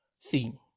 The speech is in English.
theme